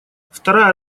вторая